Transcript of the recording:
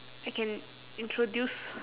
I can introduce